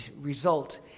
result